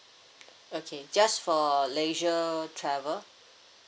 okay just for leisure travel